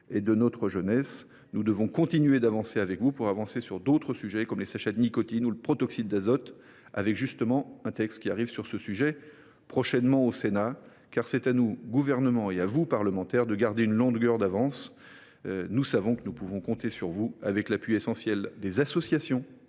et de notre jeunesse, nous devons continuer d’avancer avec vous sur d’autres sujets, comme les sachets de nicotine ou le protoxyde d’azote. Sur ces sujets, un texte sera prochainement soumis au Sénat. C’est à nous, au Gouvernement, et à vous, parlementaires, de garder une longueur d’avance. Nous savons que nous pouvons compter sur vous, avec l’appui essentiel des associations,